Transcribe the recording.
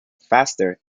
faster